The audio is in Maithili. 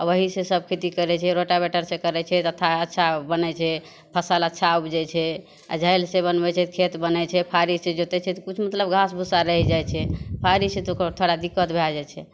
आ ओहि से सभ खेती करै छै रोटावेटर से करै छै तथा अच्छा बनै छै फसल अच्छा उपजै छै आ झालि से बनबै खेत बनै छै फाड़ी से जोतै छै तऽ किछु मतलब घास भूँसा रहि जाइ छै फाड़ी से तऽ ओकर थोड़ा दिक्कत भए जाइ छै